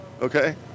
Okay